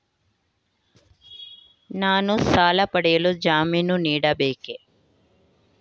ನಾನು ಸಾಲ ಪಡೆಯಲು ಜಾಮೀನು ನೀಡಬೇಕೇ?